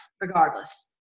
regardless